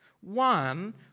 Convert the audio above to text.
One